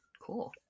Cool